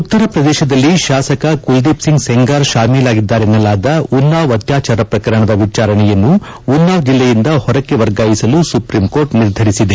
ಉತ್ತರ ಪ್ರದೇಶ ಶಾಸಕ ಕುಲದೀಪ್ ಸಿಂಗ್ ಸೆಂಗಾರ್ ಷಾಮೀಲಾಗಿರುವರೆನ್ನಲಾದ ಉನ್ನಾವ್ ಅತ್ಯಾಚಾರ ಪ್ರಕರಣದ ವಿಚಾರಣೆಯನ್ನು ಉನ್ನಾವ್ ಜಿಲ್ಲೆಯಿಂದ ಹೊರಕ್ಕೆ ವರ್ಗಾಯಿಸಲು ಸುಪ್ರೀಂಕೋರ್ಟ್ ನಿರ್ಧರಿಸಿದೆ